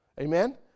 Amen